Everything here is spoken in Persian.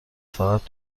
فقط